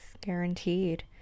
guaranteed